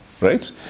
right